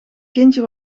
kindje